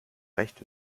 recht